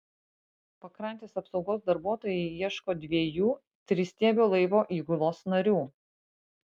pakrantės apsaugos darbuotojai ieško dviejų tristiebio laivo įgulos narių